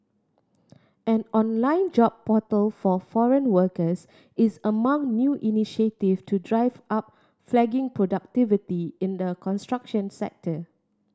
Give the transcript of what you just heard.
an online job portal for foreign workers is among new initiative to drive up flagging productivity in the construction sector